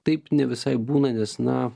taip nevisai būna nes na